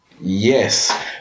Yes